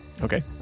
Okay